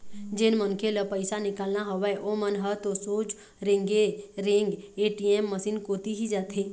जेन मनखे ल पइसा निकालना हवय ओमन ह तो सोझ रेंगे रेंग ए.टी.एम मसीन कोती ही जाथे